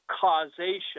causation